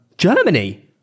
Germany